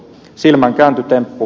silmänkääntötemppu